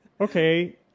okay